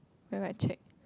I might check